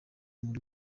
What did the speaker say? muri